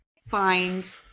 find